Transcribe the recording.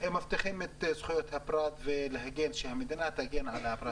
מבטיחים את זכויות הפרט ושהמדינה תגן עליו.